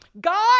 God